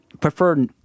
prefer